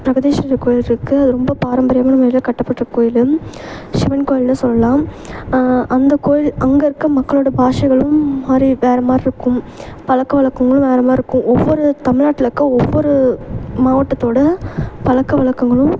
பிரகதீஷ்வரர் கோயில் இருக்குது அது ரொம்ப பாரம்பரியமான முறையில் கட்டப்பட்ட கோயில் சிவன் கோயில்னு சொல்லலாம் அந்த கோயில் அங்கே இருக்க மக்களோட பாஷைகளும் மாதிரி வேறு மாதிரிருக்கும் பழக்க வழக்கங்களும் வேறு மாதிரிருக்கும் ஒவ்வொரு தமிழ்நாட்டில் இருக்க ஒவ்வொரு மாவட்டத்தோட பழக்க வழக்கங்களும்